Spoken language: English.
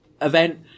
event